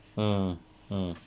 mm mm